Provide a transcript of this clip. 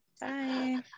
Bye